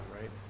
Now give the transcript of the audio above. right